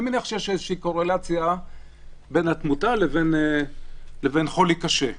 אני מניח שיש איזושהי קורלציה בין התמותה לבין חולי קשה.